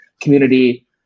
community